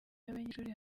y’abanyeshuri